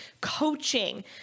coaching